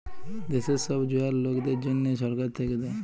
দ্যাশের ছব জয়াল লকদের জ্যনহে ছরকার থ্যাইকে দ্যায়